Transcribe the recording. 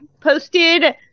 posted